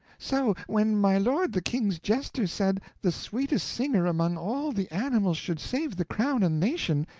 so when my lord the king's jester said the sweetest singer among all the animals should save the crown and nation,